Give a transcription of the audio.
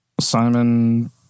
Simon